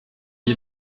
wie